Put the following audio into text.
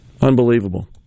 Unbelievable